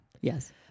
Yes